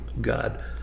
God